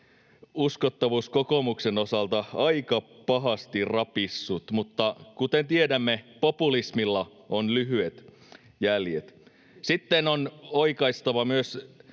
uskottavuus kokoomuksen osalta aika pahasti rapissut. Mutta, kuten tiedämme, populismilla on lyhyet jäljet. Sitten on oikaistava myös